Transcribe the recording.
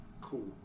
cool